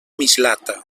mislata